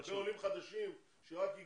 למה לא להכניס משהו לגבי עולים חדשים שרק הגיעו?